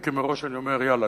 אם כי אני מראש אומר: יאללה,